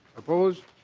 opposed